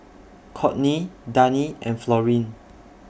Courtney Dani and Florene